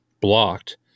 blocked